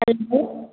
hello